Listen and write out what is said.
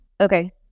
Okay